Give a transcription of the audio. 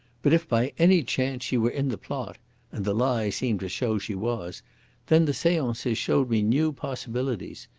but if by any chance she were in the plot and the lie seemed to show she was then the seances showed me new possibilities.